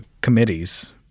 committees